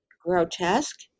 grotesque